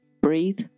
breathe